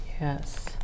Yes